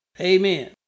Amen